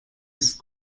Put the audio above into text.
ist